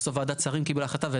בסוף ועדת שרים קיבלה החלטה.